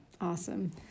awesome